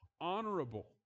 honorable